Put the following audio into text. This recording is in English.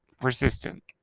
persistent